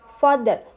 father